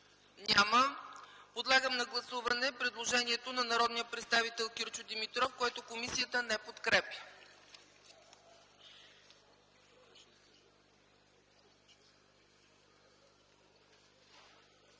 Няма. Подлагам на гласуване предложението на народния представител Кирчо Димитров, което комисията не подкрепя.